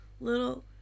little